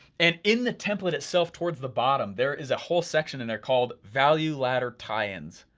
and in the template itself towards the bottom, there is a whole section in there called value ladder tie-ins.